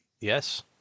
Yes